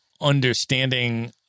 understanding